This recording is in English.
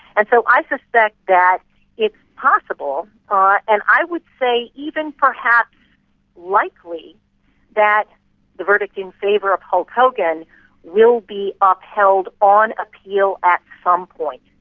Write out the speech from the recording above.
and so i suspect that it's possible ah and i would say even perhaps likely that the verdict in favour will of hulk hogan will be upheld on appeal at some point.